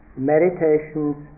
Meditations